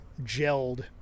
gelled